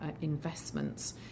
investments